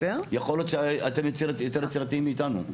יכול להיות שאתם יותר יצירתיים מאיתנו.